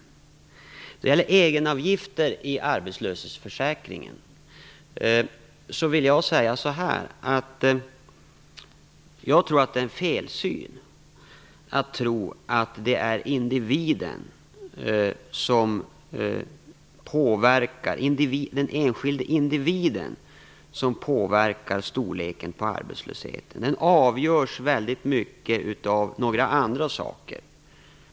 När det gäller egenavgifter i arbetslöshetsförsäkringen är det en felsyn att tro att det är den enskilde individen som påverkar storleken på arbetslösheten. Den avgörs väldigt mycket av några andra saker.